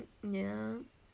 yeah